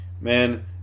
man